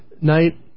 night